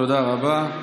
תודה רבה.